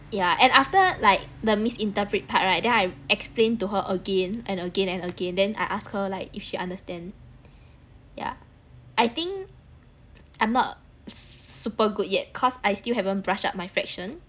yeah and after the miss interpret part right then I explain to her again and again and again then I ask her like if she understand yeah I think I'm not super good yet cause I still haven't brush up my fraction